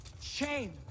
Shame